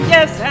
Yes